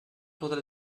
podrà